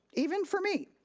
even for me,